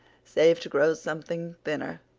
save to grow something thinner,